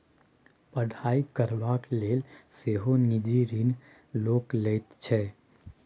पढ़ाई करबाक लेल सेहो निजी ऋण लोक लैत छै